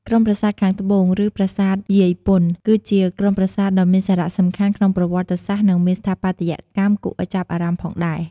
ក្រុមប្រាសាទខាងត្បូង ឬប្រាសាទយាយពន្ធ គឺជាក្រុមប្រាសាទដ៏មានសារៈសំខាន់ក្នុងប្រវត្តិសាស្ត្រនិងមានស្ថាបត្យកម្មគួរឲ្យចាប់អារម្មណ៍ផងដែរ។